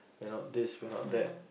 we're not this we're not that